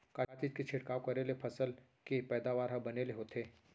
का चीज के छिड़काव करें ले फसल के पैदावार ह बने ले होथे?